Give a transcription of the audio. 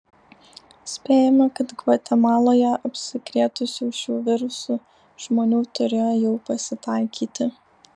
spėjama kad gvatemaloje apsikrėtusių šiuo virusu žmonių turėjo jau pasitaikyti